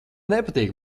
nepatīk